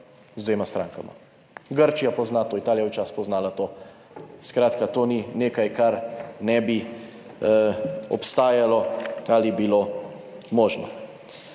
z dvema strankama. Grčija pozna to, Italija je včasih poznala to. Skratka to ni nekaj, kar ne bi obstajalo ali bilo možno.